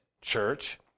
church